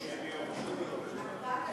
ל-30 יום.